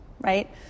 right